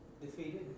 defeated